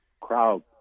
crowd